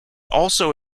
also